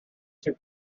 took